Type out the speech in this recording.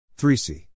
3c